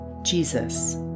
Jesus